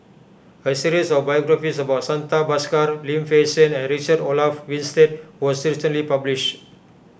a series of biographies about Santha Bhaskar Lim Fei Shen and Richard Olaf Winstedt was recently published